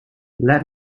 let